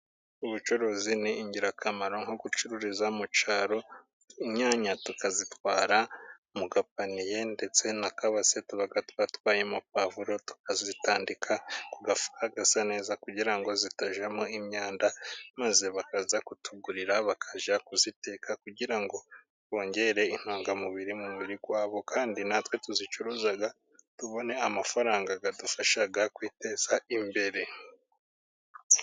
Ubucuruzi ni ingirakamaro nko gucururiza mu cyaro, inyanya tukazitwara mu gapaniye ,ndetse n'akabase tuba twatwayemo pavuro tukazitandika ku gafuka gasa neza, kugira ngo zitajyamo imyanda ,maze bakaza kutugurira bakajya kuziteka, kugira ngo bongere intungamubiri mu mubiri wabo ,kandi natwe tuzicuruza tubone amafaranga yadufasha kwiteza imbere.